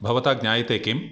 भवता ज्ञायते किं